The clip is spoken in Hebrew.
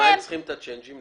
צריכים את הצ'יינג'ים?